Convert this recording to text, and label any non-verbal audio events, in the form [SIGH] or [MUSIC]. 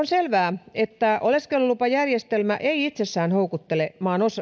[UNINTELLIGIBLE] selvää että oleskelulupajärjestelmä ei itsessään houkuttele